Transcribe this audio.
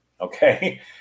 okay